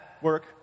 work